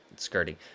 skirting